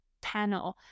panel